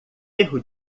erro